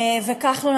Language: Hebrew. וכחלון,